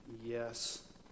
yes